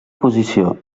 posició